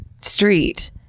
street